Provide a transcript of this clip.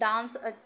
dance अच अ